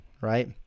right